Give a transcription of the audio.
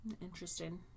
Interesting